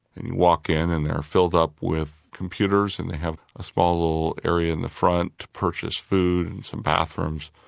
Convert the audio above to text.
and you walk in and they're filled up with computers and they have a small little area in the front to purchase food, and some bathrooms,